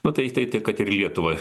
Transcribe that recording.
nu tai tai kad ir lietuvą